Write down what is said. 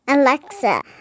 Alexa